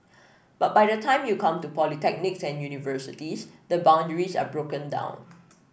but by the time you come to polytechnics and universities the boundaries are broken down